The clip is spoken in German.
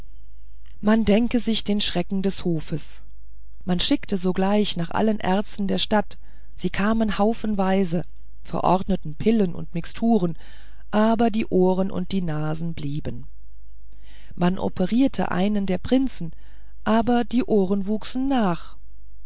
man denke sich den schrecken des hofes man schickte sogleich nach allen ärzten der stadt sie kamen haufenweise verordneten pillen und mixturen aber die ohren und die nasen blieben man operierte einen der prinzen aber die ohren wuchsen nach